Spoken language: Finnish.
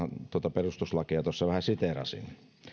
perustuslakia tuossa vähän siteerasin